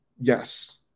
yes